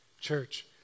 Church